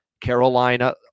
Carolina